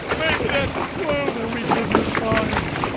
maybe that's a clue that we should retire um